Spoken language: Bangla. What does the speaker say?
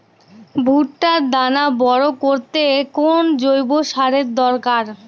ভুট্টার দানা বড় করতে কোন জৈব সারের দরকার?